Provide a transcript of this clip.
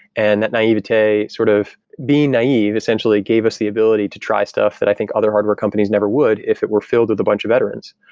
and that naivete sort of being naive essentially gave us the ability to try stuff that i think other hardware companies never would if it were filled with a bunch of veterans.